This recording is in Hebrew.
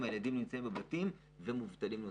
הילדים יישארו בבתים וזה יוסיף עוד מובטלים.